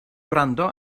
gwrando